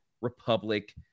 Republic